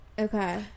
Okay